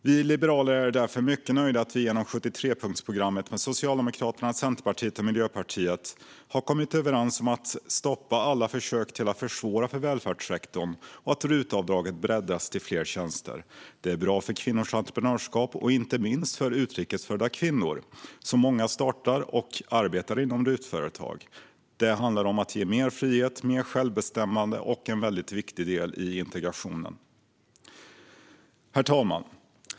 Vi liberaler är därför mycket nöjda med att vi genom 73-punktsprogrammet med Socialdemokraterna, Centerpartiet och Miljöpartiet har kommit överens om att stoppa alla försök att försvåra för välfärdssektorn och om att bredda RUT-avdraget till fler tjänster. Det är bra för kvinnors entreprenörskap - inte minst för utrikesfödda kvinnor, eftersom det är många av dem som startar och arbetar inom RUT-företag. Det handlar om att ge mer frihet och mer självbestämmande, och det är en väldigt viktig del i integrationen. Herr talman!